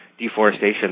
deforestation